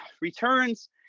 returns